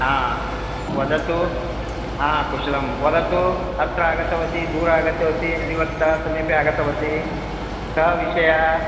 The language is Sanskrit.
हा वदतु हा कुशलं वदतु अत्र आगतवती दूरम् आगतवती अधिवक्ता समीपे आगतवती सः विषयः